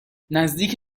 نزدیک